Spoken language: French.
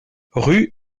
rue